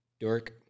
Dork